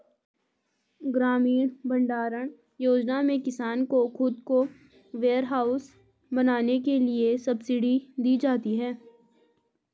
ग्रामीण भण्डारण योजना में किसान को खुद का वेयरहाउस बनाने के लिए सब्सिडी दी जाती है